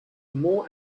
more